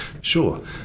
Sure